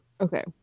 Okay